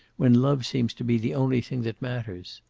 when love seems to be the only thing that matters.